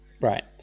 Right